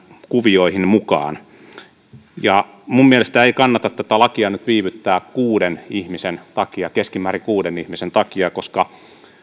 kuvioihin mukaan minun mielestäni ei kannata tätä lakia nyt viivyttää kuuden ihmisen takia keskimäärin kuuden ihmisen takia koska